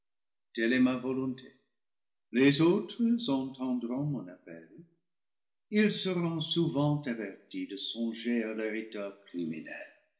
telle est ma volonté les autres enten dront mon appel ils seront souvent avertis de songer à leur état criminel